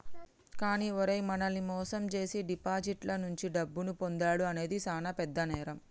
కానీ ఓరై మనల్ని మోసం జేసీ డిపాజిటర్ల నుండి డబ్బును పొందుడు అనేది సాన పెద్ద నేరం